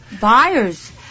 buyers